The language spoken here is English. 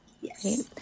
Yes